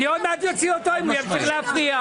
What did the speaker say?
אני עוד מעט אוציא אותו אם הוא ימשיך להפריע.